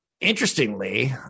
Interestingly